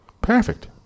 Perfect